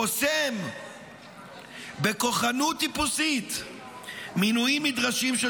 חוסם בכוחנות טיפוסית מינויים נדרשים של